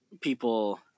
people